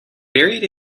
buried